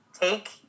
take